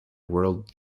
world